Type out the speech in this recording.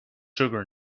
sugar